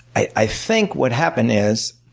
i think what happened is